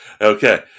Okay